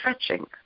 stretching